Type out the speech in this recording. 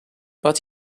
but